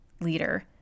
leader